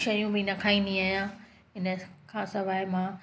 शयूं बि न खाईंदी आहियां इनखां सवाइ मां